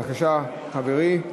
בבקשה, חברי.